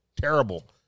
terrible